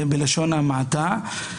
בלשון המעטה.